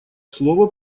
слово